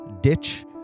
ditch